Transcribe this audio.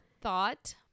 thought